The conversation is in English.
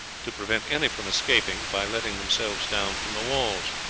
to prevent any from escaping by letting themselves down from the walls.